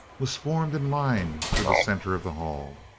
was formed in line through the center of the hall.